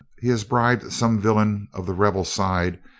he has bribed some villain of the rebel side,